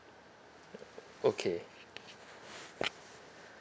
okay